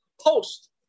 post